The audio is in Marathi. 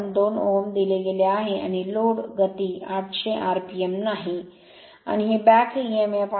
2 Ω दिले गेले आहे आणि लोड गती 800 rpm नाही आणि हे बॅक emf आहे